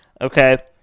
okay